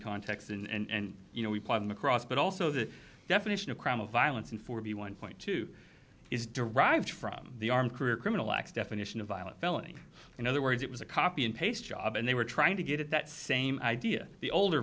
context and you know we pile them across but also the definition of crime of violence and for b one point two is derived from the arm career criminal acts definition of violent felony in other words it was a copy and paste job and they were trying to get at that same idea the older